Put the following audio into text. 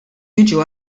jiġu